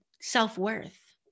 self-worth